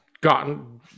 gotten